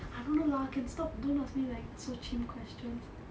I don't know lah can stop don't ask me like so chim questions